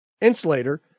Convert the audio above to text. insulator